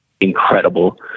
incredible